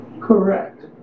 Correct